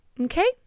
Okay